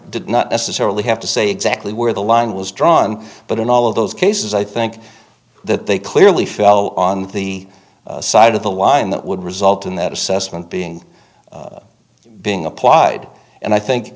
did not necessarily have to say exactly where the line was drawn but in all of those cases i think that they clearly fell on the side of the line that would result in that assessment being being applied and i think